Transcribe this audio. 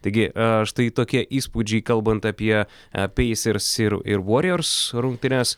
taigi a štai tokie įspūdžiai kalbant apie apeisers ir ir voriors rungtynes